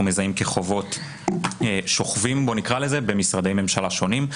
מזהים כחובות "שוכבים" במשרדי ממשלה שונים,